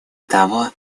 того